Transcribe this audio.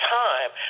time